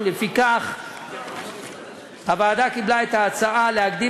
ולפיכך הוועדה קיבלה את ההצעה להקדים